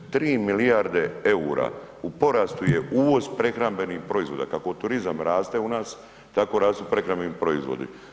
3 milijarde eura u porastu je uvoz prehrambenih proizvoda, kako turizam raste u nas tako rastu prehrambeni proizvodi.